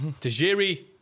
Tajiri